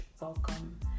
welcome